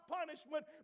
punishment